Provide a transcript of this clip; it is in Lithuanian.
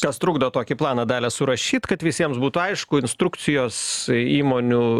kas trukdo tokį planą dalia surašyt kad visiems būtų aišku instrukcijos įmonių